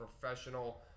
professional